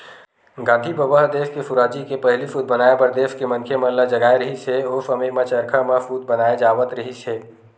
गांधी बबा ह देस के सुराजी के पहिली सूत बनाए बर देस के मनखे मन ल जगाए रिहिस हे, ओ समे म चरखा म सूत बनाए जावत रिहिस हे